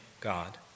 God